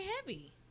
heavy